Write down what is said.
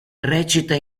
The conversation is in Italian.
recita